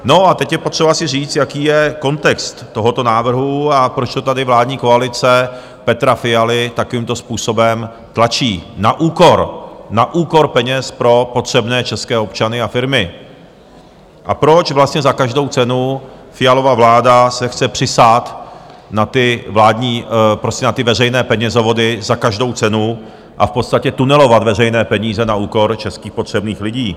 No a teď je potřeba si říct, jaký je kontext tohoto návrhu a proč to tady vládní koalice Petra Fialy takovýmto způsobem tlačí na úkor peněz pro potřebné české občany a firmy a proč vlastně za každou cenu Fialova vláda se chce přisát na ty vládní, prostě na ty veřejné penězovody za každou cenu a v podstatě tunelovat veřejné peníze na úkor českých potřebných lidí.